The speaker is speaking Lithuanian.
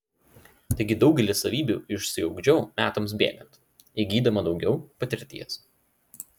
taigi daugelį savybių išsiugdžiau metams bėgant įgydama daugiau patirties